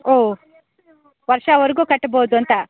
ಓಹ್ ವರ್ಷದ್ವರ್ಗು ಕಟ್ಬೋದು ಅಂತ